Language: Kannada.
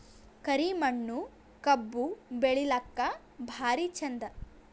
ಕರಿ ಮಣ್ಣು ಕಬ್ಬು ಬೆಳಿಲ್ಲಾಕ ಭಾರಿ ಚಂದ?